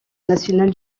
national